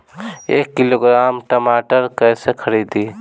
एक किलोग्राम टमाटर कैसे खरदी?